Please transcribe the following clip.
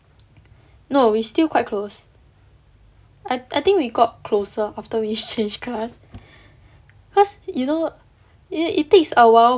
no we still quite close I think we got closer after we change class cause you know it takes a while